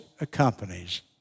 accompanies